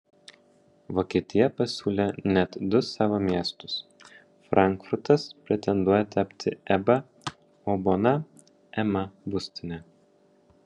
vokietija pasiūlė net du savo miestus frankfurtas pretenduoja tapti eba o bona ema būstine